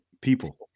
people